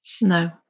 No